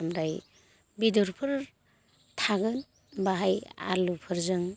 ओमफ्राय बेदरफोर थागोन बाहाय आलुफोरजों